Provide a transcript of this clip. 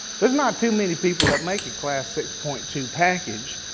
there's not too many people that make a class six point two package,